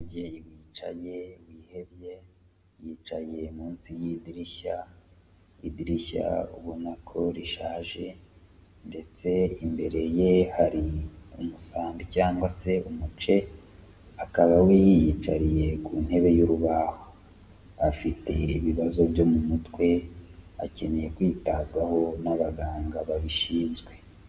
Umubyeyi wicaye wihebye, yicaye munsi y'idirishya, idirishya ubona ko rishaje ndetse imbere ye hari umusambi cyangwa se umuce, akaba we yiyicariye ku ntebe y'urubaho, afite ibibazo byo mu mutwe, akeneye kwitabwaho n'abaganga babishinzwe.